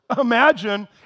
Imagine